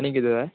आनी किदें